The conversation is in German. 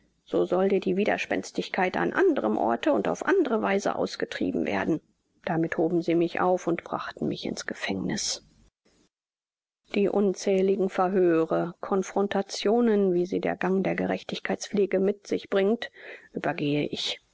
so soll dir die widerspänstigkeit an anderem orte und auf andere weise ausgetrieben werden damit hoben sie mich auf und brachten mich in's gefängniß die unzähligen verhöre confrontationen wie sie der gang der gerechtigkeitspflege mit sich bringt übergehe ich